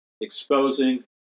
exposing